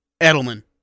Edelman